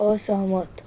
असहमत